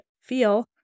feel